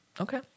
Okay